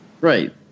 right